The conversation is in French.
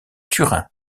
turin